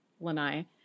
lanai